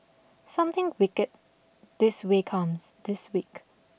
something wicked this way comes this week